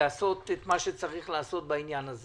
לעשות מה שצריך לעשות בעניין הזה